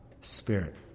spirit